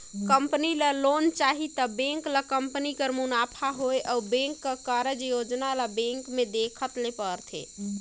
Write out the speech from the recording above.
company ल loan चाही त बेंक ल कंपनी कर मुनाफा होए अउ बेंक के कारज योजना ल बेंक में देखाए ले परथे